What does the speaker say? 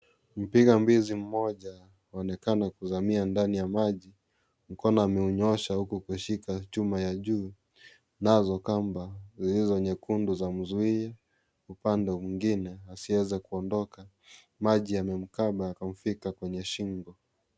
Mpiga mbuzi mmoja anaonekana kuzamia ndani ya maji, mkono ameunyosha huku kashika chuma ya juu nazo kamba zilizo nyekundu zamzuia upande mwingine asiweze kuondoka. Maji yamemkaba yakafika kwenye shingo.